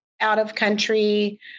out-of-country